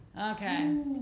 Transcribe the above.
Okay